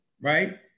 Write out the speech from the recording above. right